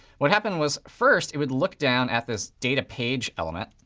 what happened was first it would look down at this data page element,